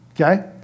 okay